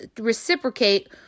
reciprocate